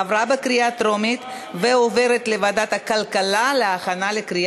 לוועדה שתקבע ועדת הכנסת נתקבלה.